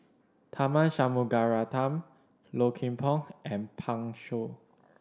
Tharman Shanmugaratnam Low Kim Pong and Pan Shou